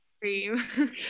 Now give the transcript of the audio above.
cream